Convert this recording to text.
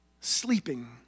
sleeping